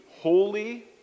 holy